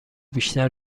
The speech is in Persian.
بیشتر